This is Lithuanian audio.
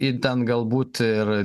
idant galbūt ir